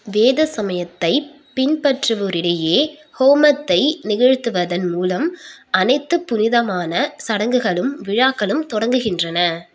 வேத சமயத்தைப் பின்பற்றுவோரிடையே ஹோமத்தை நிகழ்த்துவதன் மூலம் அனைத்துப் புனிதமான சடங்குகளும் விழாக்களும் தொடங்குகின்றன